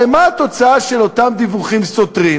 הרי מה התוצאה של אותם דיווחים סותרים?